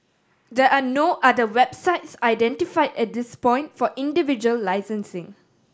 there are no other websites identified at this point for individual licensing